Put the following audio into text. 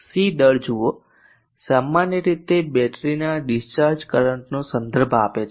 C દર જુઓ સામાન્ય રીતે બેટરીના ડિસ્ચાર્જ કરંટનો સંદર્ભ આપે છે